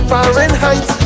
Fahrenheit